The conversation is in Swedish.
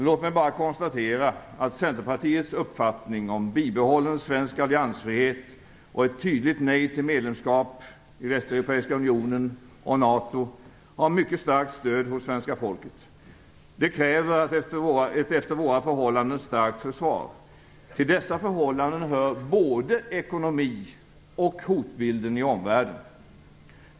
Låt mig bara konstatera att Centerpartiets uppfattning om bibehållen svensk alliansfrihet och ett tydligt nej till medlemskap i Västeuropeiska unionen och NATO har mycket starkt stöd hos svenska folket. Det kräver ett efter våra förhållanden starkt försvar. Till dessa förhållanden hör både ekonomin och hotbilden i omvärlden.